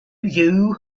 you